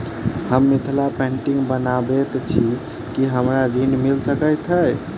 हम मिथिला पेंटिग बनाबैत छी की हमरा ऋण मिल सकैत अई?